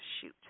Shoot